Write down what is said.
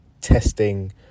testing